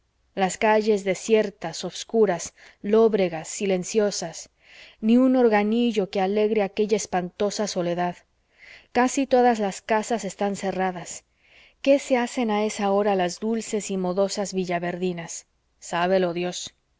las calles desiertas obscuras lóbregas silenciosas ni un organillo que alegre aquella espantosa soledad casi todas las casas están cerradas qué se hacen a esa hora las dulces y modosas villaverdinas sábelo dios